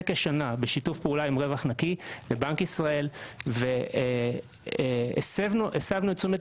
כשנה בשיתוף פעולה עם רווח נקי לבנק ישראל והסבנו את תשומת